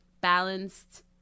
balanced